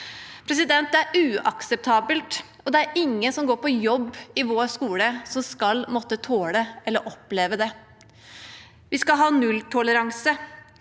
lærere. Det er uakseptabelt. Ingen som går på jobb i vår skole, skal måtte tåle eller oppleve det. Vi skal ha nulltoleranse,